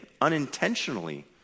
unintentionally